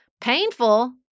painful